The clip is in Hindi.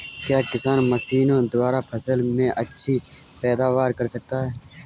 क्या किसान मशीनों द्वारा फसल में अच्छी पैदावार कर सकता है?